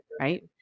Right